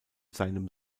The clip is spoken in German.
seinem